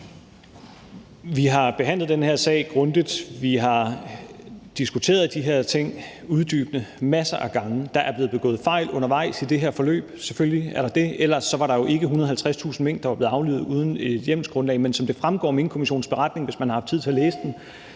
Vi har behandlet den her sag grundigt. Vi har diskuteret de her ting uddybende masser af gange. Der er blevet begået fejl undervejs i det her forløb, selvfølgelig er der det, ellers var der jo ikke 150.000 mink, der var blevet aflivet uden et hjemmelsgrundlag. Men som det fremgår af Minkkommissionens beretning, hvis man har haft tid til at læse den,